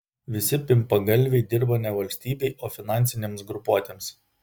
visi pimpalgalviai dirba ne valstybei o finansinėms grupuotėms